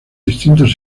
distintos